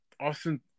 Austin